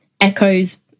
echoes